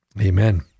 Amen